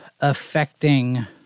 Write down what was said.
affecting